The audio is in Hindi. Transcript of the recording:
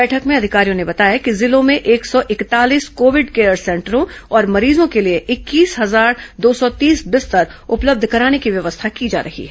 बैठक में अधिकारियों ने बताया कि जिलों में एक सौ इकतालीस कोविड केयर सेंटरों और मरीजों के लिए इक्कीस हजार दो सौ तीस बिस्तर उपलब्ध कराने की व्यवस्था की जा रही है